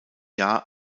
jahr